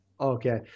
Okay